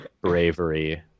bravery